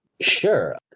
Sure